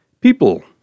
People